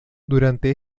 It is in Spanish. durante